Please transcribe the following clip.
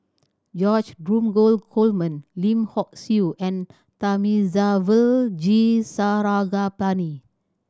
George Dromgold Coleman Lim Hock Siew and Thamizhavel G Sarangapani